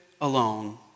alone